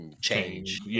change